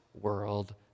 world